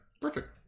Perfect